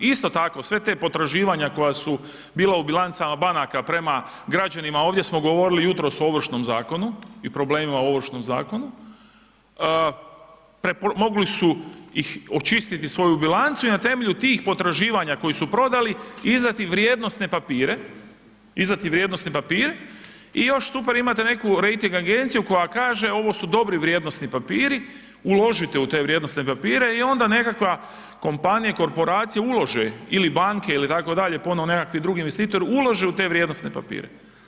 Isto tako sva ta potraživanja koja su bila u bilancama banaka prema građanima, a ovdje smo govorili jutros o Ovršnom zakonu i problemima u Ovršnom zakonu, mogli su očistiti svoju bilancu i na temelju tih potraživanja koja su prodali izdati vrijednosne papire i još super imate neku rejting agenciju koja kaže, ovo su dobri vrijednosni papiri, uložite u te vrijednosne papire i onda nekakva kompanija, korporacija ulože ili banke itd. ponovno neki drugi investitor, uloži u te vrijednosne papire.